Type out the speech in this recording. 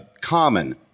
common